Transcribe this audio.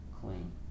clean